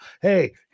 Hey